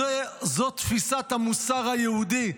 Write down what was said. זו תפיסת המוסר היהודי,